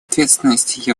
ответственности